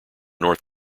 north